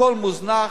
הכול מוזנח.